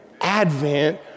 advent